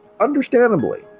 understandably